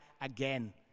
again